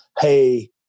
hey